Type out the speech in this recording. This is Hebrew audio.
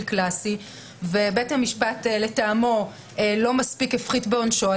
קלאסי ובית המשפט לטעמו לא מספיק הפחית בעונשו,